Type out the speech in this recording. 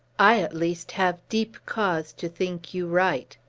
i, at least, have deep cause to think you right.